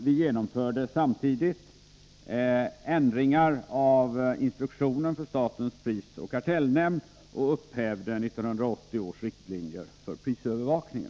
Vi genomförde samtidigt ändringar i instruktionen för statens prisoch kartellnämnd och upphävde 1980 års riktlinjer för prisövervakning.